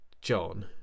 John